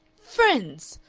friends!